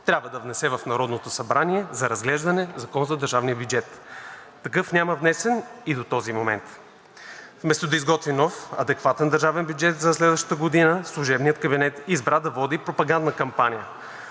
трябва да внесе в Народното събрание за разглеждане Закон за държавния бюджет. Такъв няма внесен и до този момент. Вместо да изготви нов, адекватен държавен бюджет за следващата година, служебният кабинет избра да води пропагандна кампания.